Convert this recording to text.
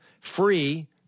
free